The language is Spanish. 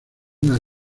una